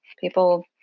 people